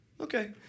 okay